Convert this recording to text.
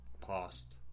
past